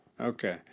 Okay